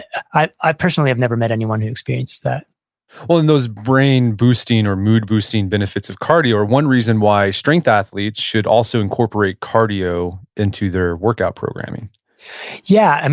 and i i personally have never met anyone who experienced that well, in those brain boosting or mood boosting benefits of cardio or one reason why strength athletes should also incorporate cardio into their workout programming yeah. and